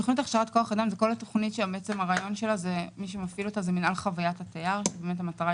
מי שמפעיל אותה זה מינהל חוויית התייר.